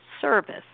service